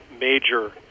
major